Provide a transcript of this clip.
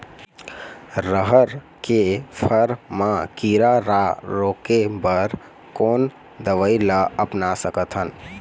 रहर के फर मा किरा रा रोके बर कोन दवई ला अपना सकथन?